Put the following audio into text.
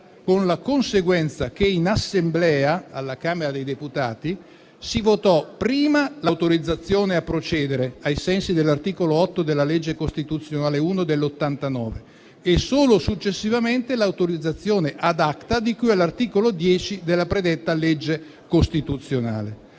con la conseguenza che in Assemblea, alla Camera dei deputati, si votò prima l'autorizzazione a procedere ai sensi dell'articolo 8 della legge costituzionale n. 1 del 1989 e solo successivamente l'autorizzazione *ad acta*, di cui all'articolo 10 della predetta legge costituzionale.